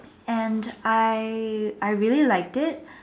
and I I really like it